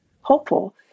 hopeful